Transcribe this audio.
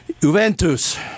Juventus